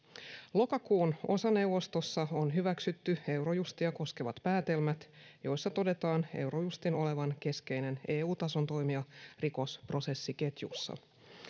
lokakuun osa neuvostossa on hyväksytty eurojustia koskevat päätelmät joissa todetaan eurojustin olevan keskeinen eu tason toimija rikosprosessiketjussa